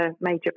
major